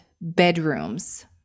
bedrooms